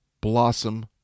blossom